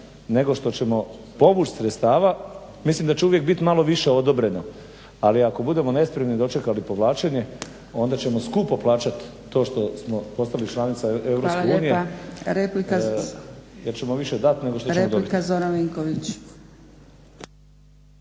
neko što ćemo povući sredstava. Mislim da će uvijek biti malo više odobreno ali ako budemo nespremni dočekali povlačenje onda ćemo skupo plaćati to što smo postali članica EU. **Zgrebec, Dragica